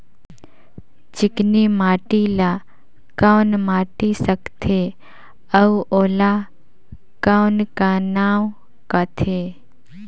चिकनी माटी ला कौन माटी सकथे अउ ओला कौन का नाव काथे?